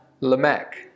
Lamech